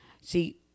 see